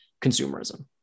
consumerism